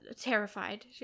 terrified